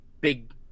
big